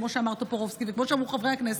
כמו שאמר טופורובסקי וכמו שאמרו חברי הכנסת,